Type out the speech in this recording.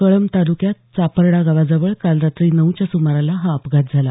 कळंब तालुक्यात चापर्डा गावाजवळ काल रात्री नऊच्या सुमाराला हा अपघात झाला